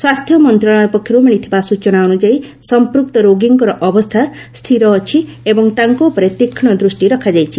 ସ୍ୱାସ୍ଥ୍ୟ ମନ୍ତ୍ରଣାଳୟ ପକ୍ଷରୁ ମିଳିଥିବା ସ୍ୱଚନା ଅନୁଯାୟୀ ସମ୍ପୁକ୍ତ ରୋଗୀଙ୍କ ଅବସ୍ଥା ସ୍ଥିର ଅଛି ଏବଂ ତାଙ୍କ ଉପରେ ତୀକ୍ଷ୍ଣ ଦୃଷ୍ଟି ରଖାଯାଇଛି